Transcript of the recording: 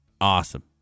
awesome